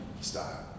style